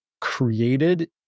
created